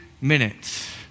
minutes